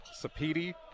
Sapiti